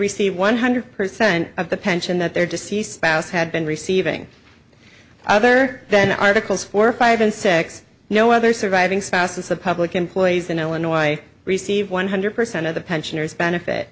receive one hundred percent of the pension that their deceased spouse had been receiving other than articles four or five and six no other surviving spouses of public employees in illinois receive one hundred percent of the pensioners benefit